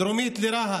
דרומית לרהט,